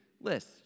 list